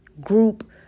group